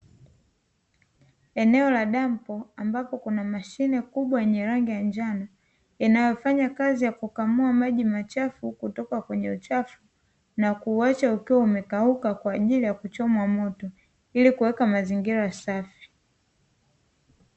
Eneo la dampo, ambapo kuna mashine kubwa yenye rangi ya njano, inayofanya kazi ya kukamua maji machafu kutoka kwenye uchafu na kuacha ukiwa umekauka kwa ajili ya kuchomwa moto ili kuweka mazingira ya safi.